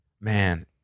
man